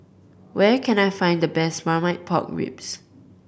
where can I find the best Marmite Pork Ribs